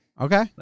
Okay